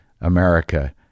America